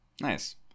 Nice